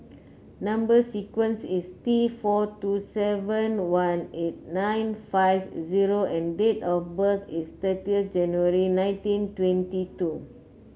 number sequence is T four two seven one eight nine five zero and date of birth is thirtieth January nineteen twenty two